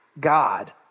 God